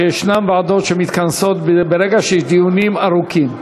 שיש ועדות שמתכנסות ברגע שיש דיונים ארוכים.